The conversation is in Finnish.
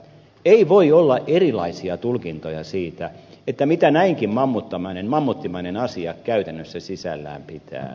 ei voi olla erilaisia tulkintoja siitä mitä näinkin mammuttimainen asia käytännössä sisällään pitää